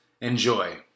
Enjoy